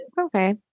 okay